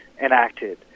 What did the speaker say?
enacted